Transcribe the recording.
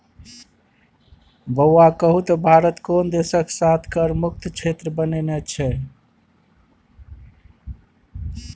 बौआ कहु त भारत कोन देशक साथ कर मुक्त क्षेत्र बनेने छै?